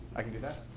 i can do that.